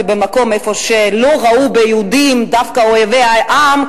במקום שלא ראו ביהודים דווקא אויבי העם,